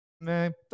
Man